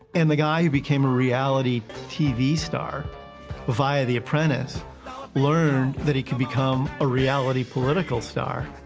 and the guy who became a reality tv star via the apprentice learned that he could become a reality political star.